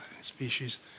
species